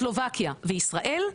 סלובקיה וישראל,